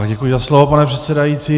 Děkuji za slovo, pane předsedající.